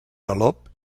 galop